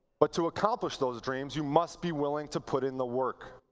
but to accomplish those dreams you must be willing to put in the work.